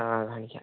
ആ കാണിക്കാം